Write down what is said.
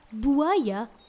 Buaya